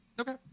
Okay